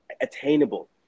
attainable